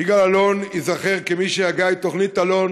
יגאל אלון ייזכר כמי שהגה את תוכנית אלון